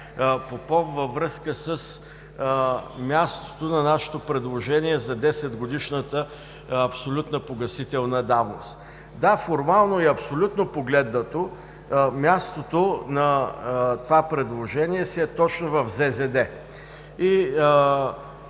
Попов във връзка с мястото на нашето предложение за 10-годишната абсолютна погасителна давност. Да, формално и абсолютно погледнато, мястото на това предложение си е точно в